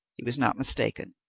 he was not mistaken.